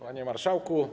Panie Marszałku!